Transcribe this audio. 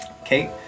Okay